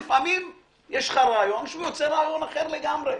או לפעמים יש לך רעיון שיוצר רעיון אחר לגמרי.